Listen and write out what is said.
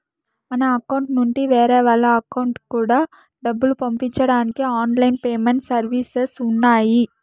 మన అకౌంట్ నుండి వేరే వాళ్ళ అకౌంట్ కూడా డబ్బులు పంపించడానికి ఆన్ లైన్ పేమెంట్ సర్వీసెస్ ఉన్నాయి